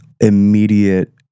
immediate